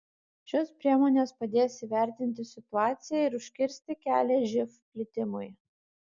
šios priemonės padės įvertinti situaciją ir užkirsti kelią živ plitimui